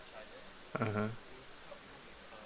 mmhmm